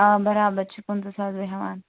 آ برابر چھِ پٕنٛژٕہ ساس بہٕ ہٮ۪وان